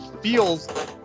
feels